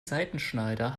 seitenschneider